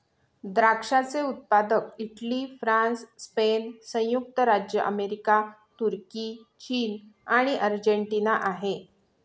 द्राक्षाचे उत्पादक Italy, France, Spain, संयुक्त राज्य अमेरिका, तुर्की, चीन आणि अर्जेंटिना आहे